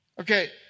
Okay